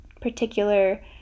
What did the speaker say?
particular